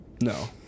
no